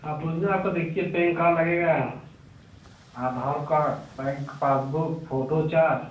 आप ओरिजनल आपका देखिए पेन कार्ड लगेगा आधार कार्ड बैंक का पासबुक फोटो चार